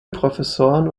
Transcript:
professoren